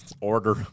Order